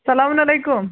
سلامُن علیکُم